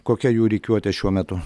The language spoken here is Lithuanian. kokia jų rikiuotė šiuo metu